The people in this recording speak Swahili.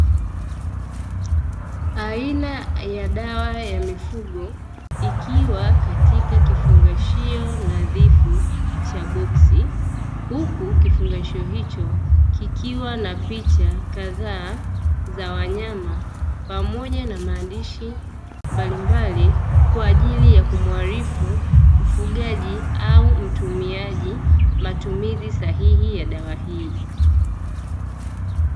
Aina ya dawa ya mifugo, ikiwa katika kifungashio nadhifu cha boksi, huku kifungasho hicho kikiwa na picha kadhaa za wanyama pamoja na maandishi mbalimbali kwa ajili ya kumuarifu mfugaji au mtumiaji matumizi sahihi ya dawa hii.